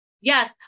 Yes